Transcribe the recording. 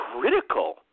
critical